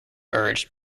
urged